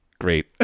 Great